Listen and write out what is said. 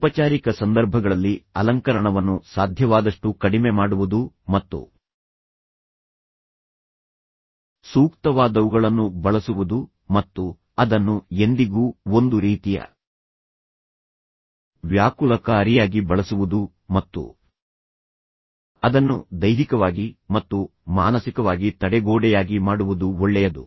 ಔಪಚಾರಿಕ ಸಂದರ್ಭಗಳಲ್ಲಿ ಅಲಂಕರಣವನ್ನು ಸಾಧ್ಯವಾದಷ್ಟು ಕಡಿಮೆ ಮಾಡುವುದು ಮತ್ತು ಸೂಕ್ತವಾದವುಗಳನ್ನು ಬಳಸುವುದು ಮತ್ತು ಅದನ್ನು ಎಂದಿಗೂ ಒಂದು ರೀತಿಯ ವ್ಯಾಕುಲಕಾರಿಯಾಗಿ ಬಳಸುವುದು ಮತ್ತು ಅದನ್ನು ದೈಹಿಕವಾಗಿ ಮತ್ತು ಮಾನಸಿಕವಾಗಿ ತಡೆಗೋಡೆಯಾಗಿ ಮಾಡುವುದು ಒಳ್ಳೆಯದು